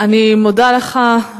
אני מודה לך.